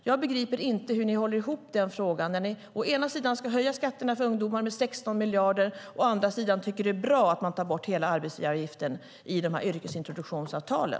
Jag begriper inte hur ni håller ihop frågan när ni å ena sidan ska höja skatterna för ungdomar med 16 miljarder, å andra sidan tycker att det är bra att man tar bort hela arbetsgivaravgiften i yrkesintroduktionsavtalen.